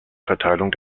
verteilung